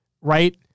Right